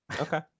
Okay